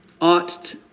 ought